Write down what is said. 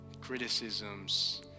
criticisms